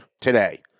today